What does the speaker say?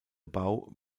bau